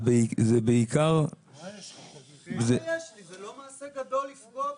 זה בעיקר --- זה לא מעשה גדול לפגוע בעצמך.